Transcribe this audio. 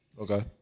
Okay